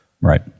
right